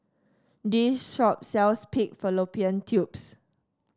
this shop sells Pig Fallopian Tubes